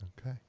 Okay